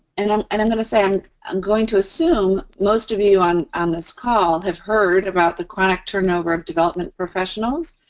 and um and i'm gonna say i'm i'm going to assume, most of you on on this call have heard about the chronic turnover of development professionals,